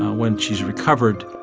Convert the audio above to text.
when she's recovered,